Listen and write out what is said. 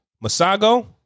Masago